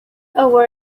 our